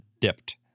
dipped